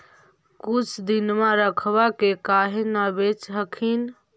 कुछ दिनमा रखबा के काहे न बेच हखिन?